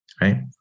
Right